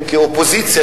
כאופוזיציה,